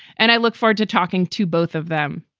and i look forward to talking to both of them.